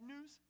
news